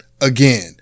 Again